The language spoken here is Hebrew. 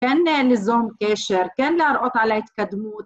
‫כן לזום קשר, ‫כן להראות על ההתקדמות.